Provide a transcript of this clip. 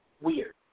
weird